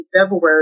February